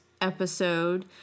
episode